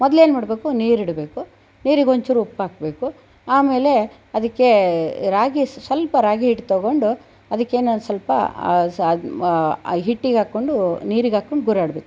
ಮೊದಲೇನ್ಮಾಡಬೇಕು ನೀರಿಡಬೇಕು ನೀರಿಗೊಂಚೂರು ಉಪ್ಪುಹಾಕ್ಬೇಕು ಆಮೇಲೆ ಅದಕ್ಕೆ ರಾಗಿ ಸ್ವಲ್ಪ ರಾಗಿ ಹಿಟ್ಟು ತಗೊಂಡು ಅದಕ್ಕೆನೆ ಸ್ವಲ್ಪ ಹಿಟ್ಟಿಗೆ ಹಾಕ್ಕೊಂಡು ನೀರಿಗೆ ಹಾಕ್ಕೊಂಡು ಗೂರಾಡಬೇಕು